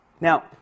Now